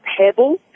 pebble